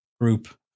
group